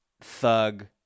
thug